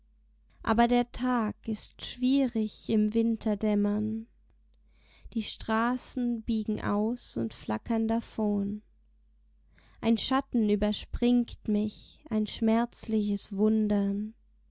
aber der tag ist schwierig im winterdämmern die straßen biegen aus und flackern davon ein schatten überspringt mich ein schmerzliches wundern